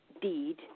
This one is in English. deed